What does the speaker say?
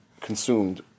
consumed